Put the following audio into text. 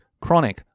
chronic